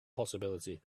possibility